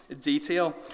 detail